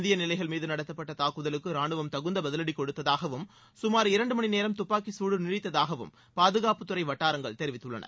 இந்திய நிலைகள் மீது நடத்தப்பட்ட தாக்குதலுக்கு ரானுவம் தகுந்த பதிவடி கொடுத்ததாகவும் சுமார் இரண்டு மணி நேரம் துப்பாக்கிச்சூடு நீடித்ததாகவும் பாதுகாப்புத்துறை வட்டாரங்கள் தெரிவித்துள்ளன